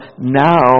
now